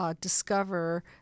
discover